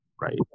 Right